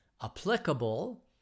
applicable